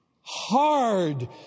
Hard